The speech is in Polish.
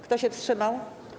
Kto się wstrzymał?